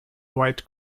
white